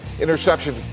interception